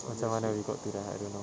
macam mana we got to there I don't know